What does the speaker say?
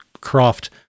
Croft